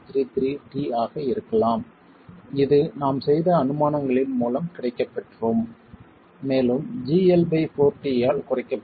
933 t ஆக இருக்கலாம் இது நாம் செய்த அனுமானங்களின் மூலம் கிடைக்கப் பெற்றோம் மேலும் gL4t ஆல் குறைக்கப்பட்டது